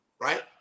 right